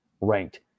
ranked